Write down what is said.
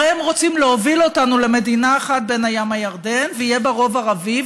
הרי הם רוצים להוביל אותנו למדינה אחת בין הים לירדן שיהיה בה רוב ערבי,